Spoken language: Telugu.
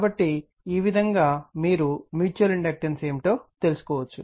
కాబట్టి ఈ విధంగా మీరు మ్యూచువల్ ఇండక్టెన్స్ ఏమిటో తెలుసుకోవచ్చు